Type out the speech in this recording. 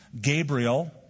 Gabriel